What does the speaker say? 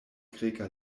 greka